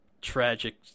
tragic